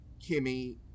Kimmy